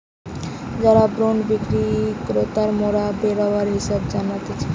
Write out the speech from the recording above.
যারা বন্ড বিক্রি ক্রেতাদেরকে মোরা বেরোবার হিসেবে জানতিছে